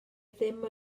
ddim